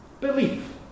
Belief